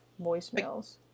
voicemails